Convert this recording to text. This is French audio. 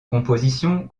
composition